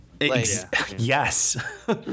Yes